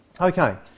Okay